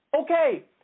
Okay